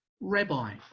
rabbi